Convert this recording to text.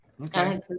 okay